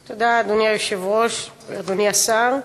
תודה, אדוני היושב-ראש, אדוני השר,